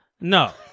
no